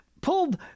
Pulled